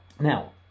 Now